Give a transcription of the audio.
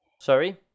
Sorry